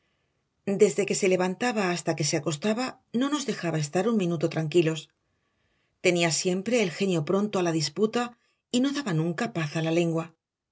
desde que se levantaba hasta que se acostaba no nos dejaba estar un minuto tranquilo tenía siempre el genio pronto a la disputa y no daba nunca paz a la lengua